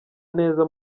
neza